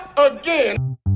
again